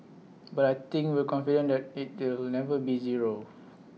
but I think we're confident that IT deal never be zero